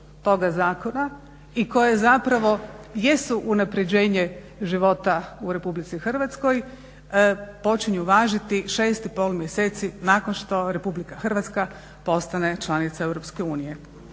toga zakona i koje zapravo jesu unaprjeđenje života u RH počinju važiti 6 i pol mjeseci nakon što RH postane članica EU. Inače